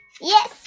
Yes